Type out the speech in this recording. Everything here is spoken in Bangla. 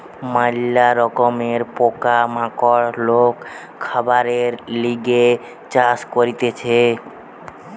ম্যালা রকমের পোকা মাকড় লোক খাবারের লিগে চাষ করতিছে